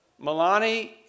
Milani